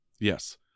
yes